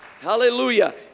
Hallelujah